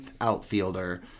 outfielder